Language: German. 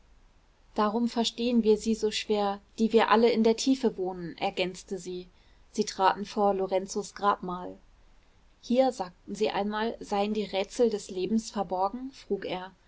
darum verstehen wir sie so schwer die wir alle in der tiefe wohnen ergänzte sie sie traten vor lorenzos grabmal hier sagten sie einmal seien die rätsel des lebens verborgen frug er